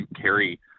carry